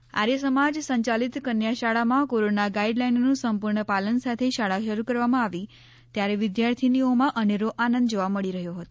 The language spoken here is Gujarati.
શાળાઓ આર્યસમાજ સંયાલિત કન્યા શાળામાં કોરોના ગાઈડલાઈનના સંપૂર્ણ પાલન સાથે શાળા શરૂ કરવામાં આવી ત્યારે વિદ્યાર્થીની ઓમાં અનેરો આનંદ જોવા મળી રહ્યો હતો